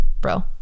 bro